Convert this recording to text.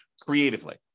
creatively